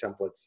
templates